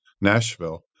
Nashville